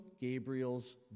Gabriel's